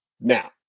now